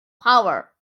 power